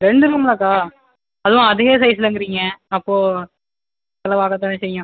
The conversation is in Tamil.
இரண்டு ரூம்மா அக்கா அதுவும் அதே ஸைஸ்ளங்கிறிங்க அப்போ அவ்வளோ ஆகத்தான் செய்யும்